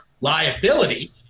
liability